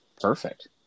perfect